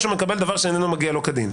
זה לא כדין.